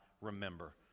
remember